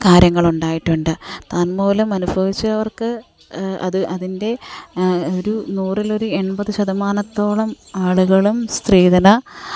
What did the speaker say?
കാര്യങ്ങളുണ്ടായിട്ടുണ്ട് താൻ മൂലം അനുഭവിച്ചവർക്ക് അത് അത് അതിൻ്റെ നൂറിൽ ഒരു എൺപത് ശതമാനത്തോളം ആളുകളും സ്ത്രീധന